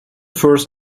first